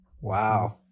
Wow